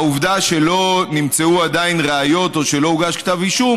העובדה שלא נמצאו עדיין ראיות או שלא הוגש כתב אישום